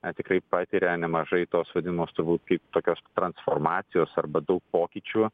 na tikrai patiria nemažai tos vadinamos turbūt kaip tokios transformacijos arba daug pokyčių